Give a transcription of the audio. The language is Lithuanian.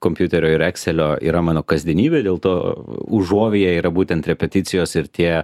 kompiuterio ir ekselio yra mano kasdienybė dėl to užuovėja yra būtent repeticijos ir tie